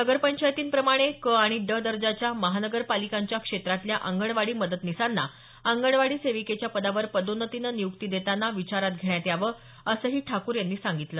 नगरपंचायतींप्रमाणेच क आणि ड दर्जाच्या महानगरपालिकांच्या क्षेत्रातल्या अंगणवाडी मदतनीसांना अंगणवाडी सेविकेच्या पदावर पदोन्नतीनं नियुक्ती देताना विचारात घेण्यात यावं असंही ठाकूर यांनी सांगितलं